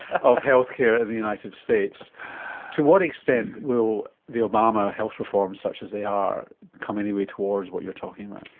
of health care in the united states to what extent will the obama health reforms such as they are come any way towards what you're talking about?